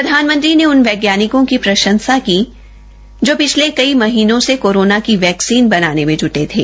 प्रधानमंत्री ने उन वैज्ञानिकों की प्रषंसा की जो पिछले कई महीनों से कोरोना की वैक्सीन बनाने में जुटे थे